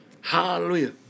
Hallelujah